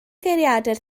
geiriadur